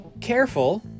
careful